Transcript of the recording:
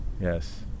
Yes